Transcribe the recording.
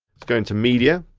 let's go into media.